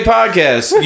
Podcast